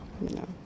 no